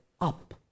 up